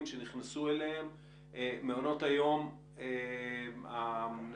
שנכנסו אליהם מעונות היום בעקבות הקורונה?